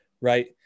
Right